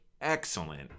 excellent